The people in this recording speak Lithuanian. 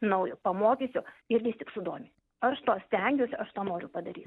naujo pamokysiu ir vis tik sudomini aš to stengiuosi aš to noriu padaryt